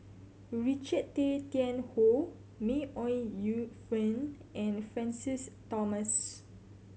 Richard Tay Tian Hoe May Ooi Yu Fen and Francis Thomas